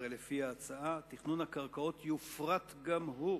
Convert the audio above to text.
הרי לפי ההצעה תכנון הקרקעות יופרט גם הוא,